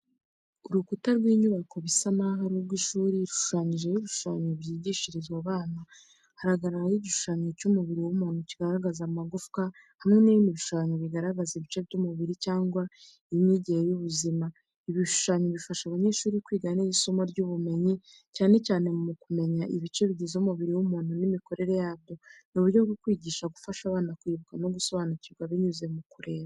Urukuta rw’inyubako, bisa n’aho ari urw’ishuri, rushushanyijeho ibishushanyo byigishirizwa abana. Haragaragaraho igishushanyo cy’umubiri w’umuntu kigaragaza amagufwa, hamwe n’ibindi bishushanyo bigaragaza ibice by’umubiri cyangwa iby’imyigire y’ubuzima. Ibi bishushanyo bifasha abanyeshuri kwiga neza isomo ry’ubumenyi, cyane cyane mu kumenya ibice bigize umubiri w’umuntu n’imikorere yabyo. Ni uburyo bwo kwigisha bufasha abana kwibuka no gusobanukirwa binyuze mu kureba.